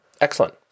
Excellent